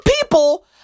people